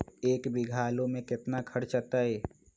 एक बीघा आलू में केतना खर्चा अतै?